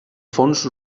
fons